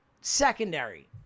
secondary